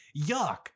yuck